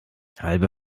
halbe